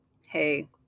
Hey